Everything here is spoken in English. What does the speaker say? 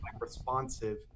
responsive